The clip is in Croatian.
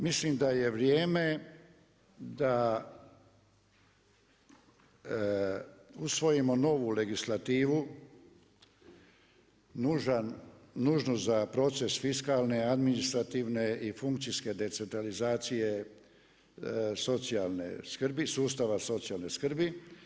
Mislim da je vrijeme da usvojimo novu legislativu, nužnu za proces fiskalne, administrativne i funkcijske decentralizacije socijalne skrbi, sustava socijalne skrbi.